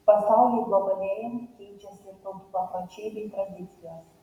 pasauliui globalėjant keičiasi ir tautų papročiai bei tradicijos